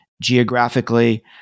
geographically